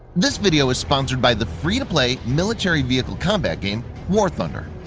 this video is sponsored by the free-to-play military vehicle combat game war thunder.